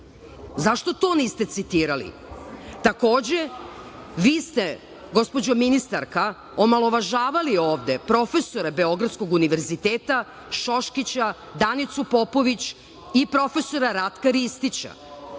Zašto to niste citirali? Takođe, vi ste gospođo ministarka omalovažavali ovde profesore Beogradskog univerziteta Šoškića, Danicu Popović i profesora Ratka Ristića.